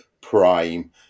prime